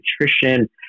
nutrition